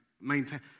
maintain